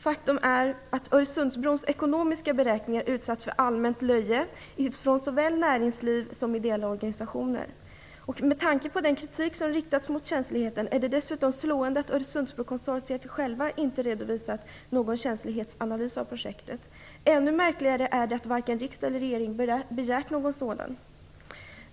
Faktum är att Öresundsbrons ekonomiska beräkningar utsatts för allmänt löje från såväl näringsliv som ideella organisationer. Med tanke på den kritik som riktats mot känsligheten är det dessutom märkligt att Öresundsbrokonsortiet självt inte redovisat någon känslighetsanalys för projektet. Ännu märkligare är det att varken riksdag eller regering begärt någon sådan.